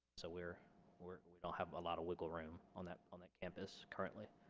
so we're we're we don't have a lot of wiggle room on that on the campus currently